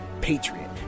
Patriot